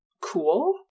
cool